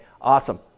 awesome